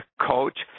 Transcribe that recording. coach